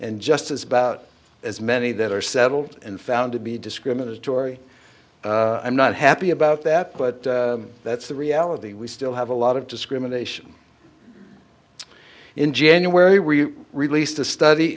and just as about as many that are settled and found to be discriminatory i'm not happy about that but that's the reality we still have a lot of discrimination in january we released a study